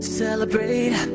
celebrate